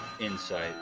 Insight